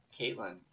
Caitlin